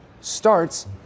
starts